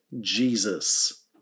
Jesus